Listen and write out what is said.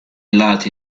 lati